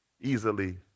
easily